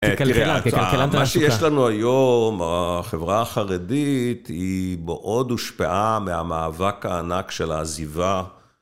תראה, מה שיש לנו היום, החברה החרדית היא מאוד הושפעה מהמאבק הענק של העזיבה.